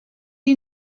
you